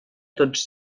tots